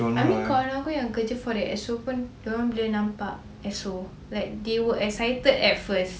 I mean kawan aku yang kerja for the exo pun diorang bila nampak exo like they were excited at first